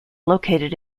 located